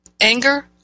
Anger